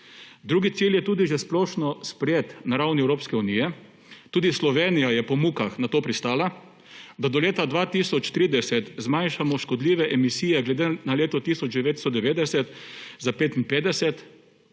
Drugi cilj je tudi že splošno sprejet na ravni Evropske unije, tudi Slovenija je po mukah na to pristala, da do leta 2030 zmanjšamo škodljive emisije glede na leto 1990 za 55